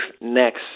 next